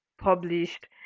published